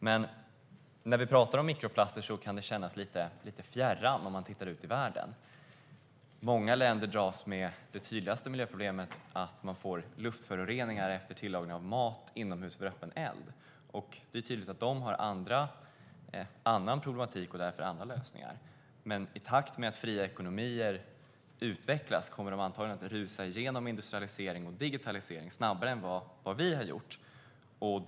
Men när vi talar om mikroplaster kan det kännas lite fjärran om man tittar ut i världen. Många länder dras med det tydligaste miljöproblemet att de får luftföroreningar efter tillagning av mat över öppen eld inomhus. Det är tydligt att de har en annan problematik och därför andra lösningar. Men i takt med att fria ekonomier utvecklas kommer de antagligen att rusa igenom industrialisering och digitalisering snabbare än vad vi har gjort.